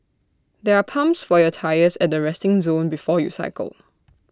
there are pumps for your tyres at the resting zone before you cycle